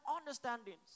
understandings